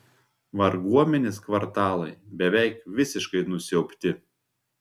varguomenės kvartalai beveik visiškai nusiaubti